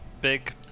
big